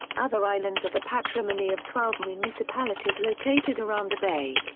other islands are the patrimony of twelve municipalities located around the bay.